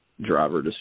Driver